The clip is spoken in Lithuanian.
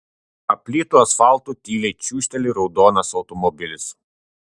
aplytu asfaltu tyliai čiūžteli raudonas automobilis